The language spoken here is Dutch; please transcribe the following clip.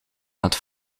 gaat